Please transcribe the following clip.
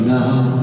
now